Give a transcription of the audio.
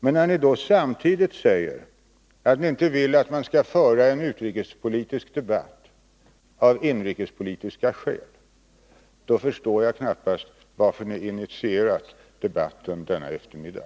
Men när ni samtidigt säger att ni inte vill att man skall föra en utrikespolitisk debatt av inrikespolitiska skäl, då förstår jag knappast varför ni har initierat debatten denna eftermiddag.